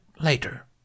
later